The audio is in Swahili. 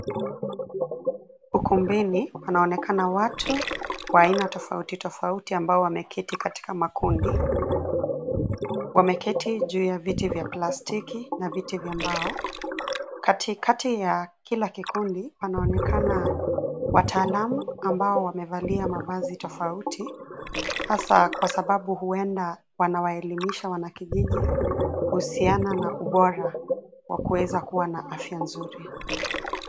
Ukumbini anaonekana watu wa aina tofauti tofauti ambao wameketi katika makundi. Wameketi juu ya viti vya plastiki na viti vya mbao, katikati ya kila kikundi anaonekana wataalamu ambao wamevalia mavazi tofauti hasa kwa sababu huenda wanawaelimisha wanakijiji kuhusiana na ubora wa kuweza kuwa na afya nzuri.